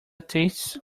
tastes